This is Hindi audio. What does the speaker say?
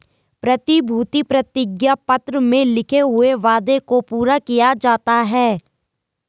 प्रतिभूति प्रतिज्ञा पत्र में लिखे हुए वादे को पूरा किया जाता है